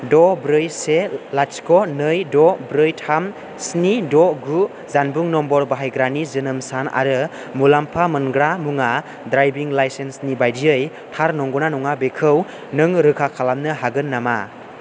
द' ब्रै से लाथिख' नै द' ब्रै थाम स्नि द' गु जानबुं नम्बर बाहायग्रानि जोनोम सान आरो मुलाम्फा मोनग्रा मुङा द्राइभिं लाइसेन्सनि बायदियै थार नंगौना नङा बेखौ नों रोखा खालामनो हागोन नामा